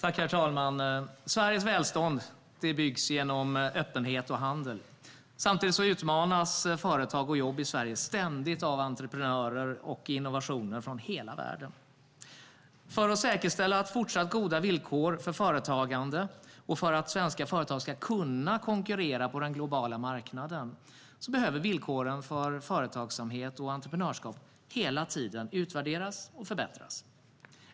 Herr talman! Sveriges välstånd byggs genom öppenhet och handel. Samtidigt utmanas företag och jobb i Sverige ständigt av entreprenörer och innovationer från hela världen. För att säkerställa fortsatt goda villkor för företagande och för att svenska företag ska kunna konkurrera på den globala marknaden behöver villkoren för företagsamhet och entreprenörskap hela tiden utvärderas och förbättras.